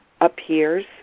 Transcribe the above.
appears